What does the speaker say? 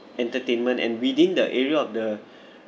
entertainment and within the area of the